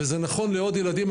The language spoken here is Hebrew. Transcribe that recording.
וזה נכון לעוד ילדים.